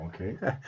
Okay